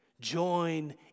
Join